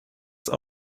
been